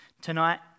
Tonight